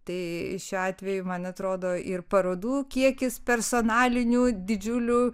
tai šiuo atveju man atrodo ir parodų kiekis personalinių didžiulių